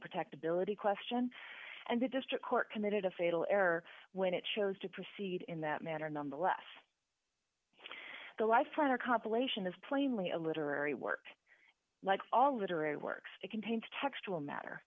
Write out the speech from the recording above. ability question and the district court committed a fatal error when it chose to proceed in that manner nonetheless the life for compilation is plainly a literary work like all literary works it contains textual matter